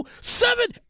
Seven